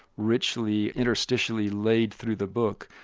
richly interstitially laid through the book.